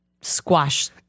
squash